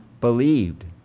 believed